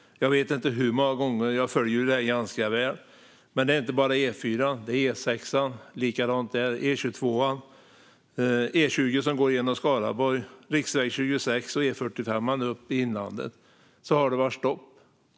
Jag vet inte hur många gånger, men jag följer det ganska väl. Men det är inte bara på E4:an som det har varit stopp, utan det har varit likadant på E6:an, E22:an, E20 som går genom Skaraborg, riksväg 26 och E45:an upp i inlandet.